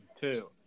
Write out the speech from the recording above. two